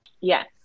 Yes